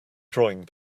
drawing